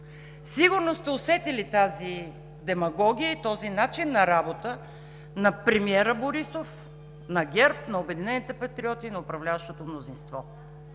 Сигурно сте усетили тази демагогия и този начин на работа на премиера Борисов, на ГЕРБ, на „Обединени патриоти“ и на управляващото мнозинство.